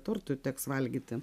tortų teks valgyti